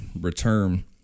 return